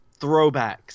throwbacks